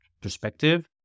perspective